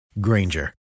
Granger